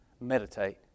Meditate